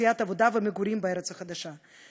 מציאת עבודה ומגורים בארץ החדשה,